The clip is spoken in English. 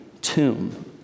tomb